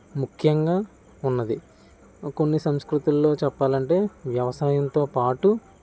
ముఖ్యంగా ఉన్నది కొన్ని సంస్కృతుల్లో చెప్పాలంటే వ్యవసాయంతో పాటు